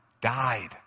died